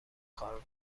کار